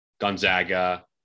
Gonzaga